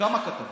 כמה כתבות.